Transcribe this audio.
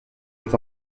aux